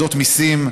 והורדות מיסים,